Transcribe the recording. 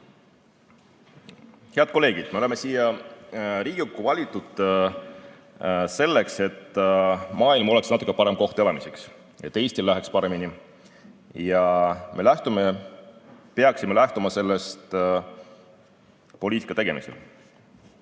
kolleegid! Me oleme siia Riigikokku valitud selleks, et maailm oleks natukene parem koht elamiseks, et Eestil läheks paremini. Me peaksime lähtuma sellest poliitika tegemisel.